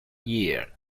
year